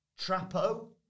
trapo